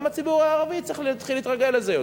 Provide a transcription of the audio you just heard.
גם הציבור הערבי צריך להתרגל לזה.